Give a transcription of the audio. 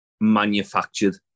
manufactured